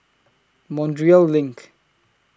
Montreal LINK